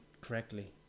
correctly